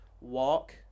walk